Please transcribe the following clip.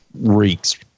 reeks